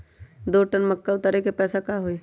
दो टन मक्का उतारे के पैसा का होई?